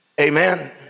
Amen